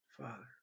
father